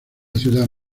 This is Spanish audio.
ciudad